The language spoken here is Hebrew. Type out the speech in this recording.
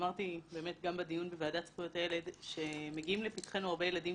אמרתי באמת גם בדיון בוועדת זכויות הילד שמגיעים לפתחינו הרבה ילדים